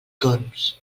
torms